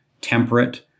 temperate